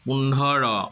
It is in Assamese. পোন্ধৰ